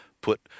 put